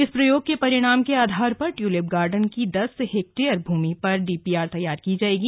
इस प्रयोग के परिणाम के आधार पर ट्यूलिप गार्डन की दस हेक्टेयर भूमि में डीपीआर तैयार की जायेगी